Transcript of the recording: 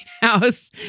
House